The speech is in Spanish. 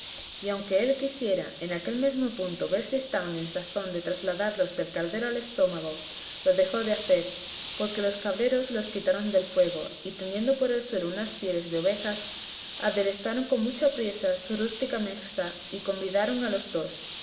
y aunque él quisiera en aquel mesmo punto ver si estaban en sazón de trasladarlos del caldero al estómago lo dejó de hacer porque los cabreros los quitaron del fuego y tendiendo por el suelo unas pieles de ovejas aderezaron con mucha priesa su rústica mesa y convidaron a los dos